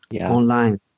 online